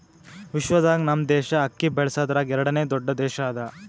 ವಿಶ್ವದಾಗ್ ನಮ್ ದೇಶ ಅಕ್ಕಿ ಬೆಳಸದ್ರಾಗ್ ಎರಡನೇ ದೊಡ್ಡ ದೇಶ ಅದಾ